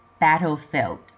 battlefield